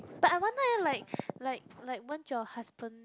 but I wonder eh like like like won't your husband